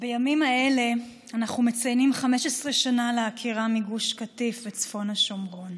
אנחנו מציינים 15 שנה לעקירה מגוש קטיף וצפון השומרון.